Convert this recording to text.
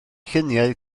lluniau